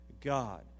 God